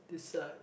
decide